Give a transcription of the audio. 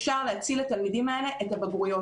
אפשר להציל לתלמידים האלה את הבגרויות.